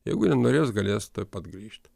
jeigu nenorės galės tuoj pat grįžt